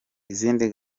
izindi